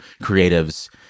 creatives